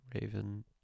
Raven